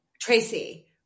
Tracy